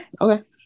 Okay